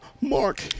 Mark